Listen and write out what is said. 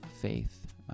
faith